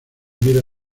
vida